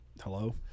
Hello